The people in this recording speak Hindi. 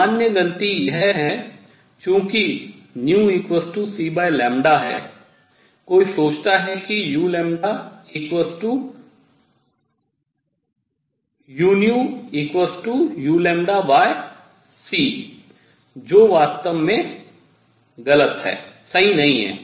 सामान्य गलती यह है चूंकि νcλ कोई सोचता है कि uuc जो वास्तव में सही नहीं है